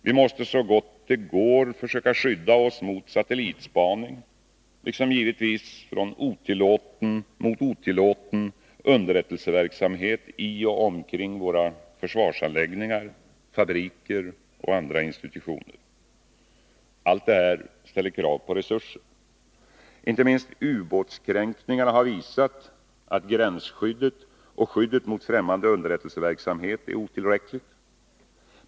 Vi måste så gott det går försöka skydda oss mot satellitspaning liksom givetvis mot otillåten underrättelseverksamhet i och omkring försvarsanläggningar, fabriker och andra institutioner. Allt detta ställer krav på resurser. Inte minst ubåtskränkningarna har visat att gränsskyddet och skyddet mot främmande underrättelseverksamhet är otillräckligt.